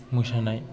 मोसानाय